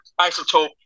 isotope